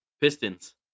Pistons